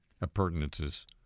appurtenances